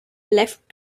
left